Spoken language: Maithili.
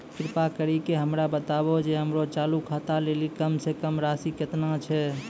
कृपा करि के हमरा बताबो जे हमरो चालू खाता लेली कम से कम राशि केतना छै?